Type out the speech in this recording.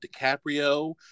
DiCaprio